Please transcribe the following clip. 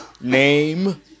name